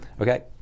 okay